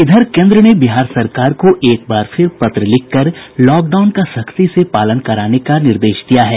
इधर केन्द्र ने बिहार सरकार को एक बार फिर पत्र लिखकर लॉकडाउन का सख्ती से पालन कराने का निर्देश दिया है